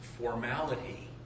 formality